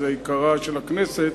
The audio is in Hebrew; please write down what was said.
שהיא עיקרה של הכנסת.